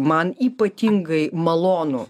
man ypatingai malonu